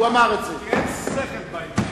זאת האמירה הנכונה, כי אין שכל בעניין הזה.